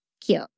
cute